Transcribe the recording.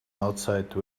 outside